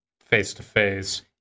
face-to-face